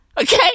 Okay